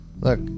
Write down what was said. Look